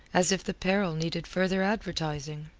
as if the peril needed further advertising.